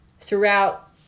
throughout